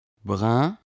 brun